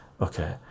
okay